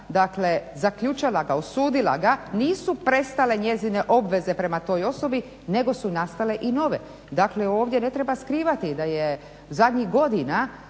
dakle zaključala ga, osudila ga nisu prestale njezine obveze prema toj osobi nego su nastale i nove. Dakle, ovdje ne treba skrivati da je zadnjih godina